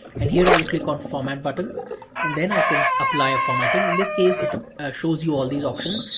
and here i would click on format button and then i can apply a formatting. in this case, it ah shows you all these options.